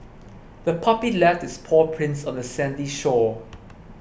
the puppy left its paw prints on the sandy shore